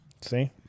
See